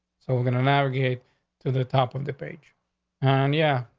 so we're going to navigate to the top of the page and yeah,